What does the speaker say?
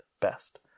best